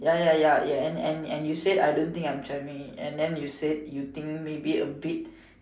ya ya ya and and and you said I don't think I'm charming and then you said you think maybe a bit